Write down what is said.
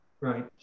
right